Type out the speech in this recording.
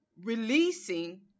releasing